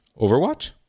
overwatch